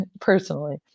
personally